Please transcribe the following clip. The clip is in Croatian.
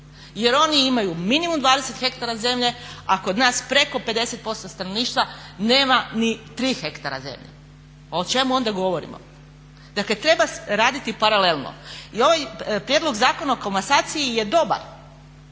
jer oni imaju minimum 20 hektara zemlje, a kod nas preko 50% stanovništva nema ni 3 hektara pa o čemu onda govorimo. Dakle treba raditi paralelno. I ovaj prijedlog Zakona o komasaciji je dobar,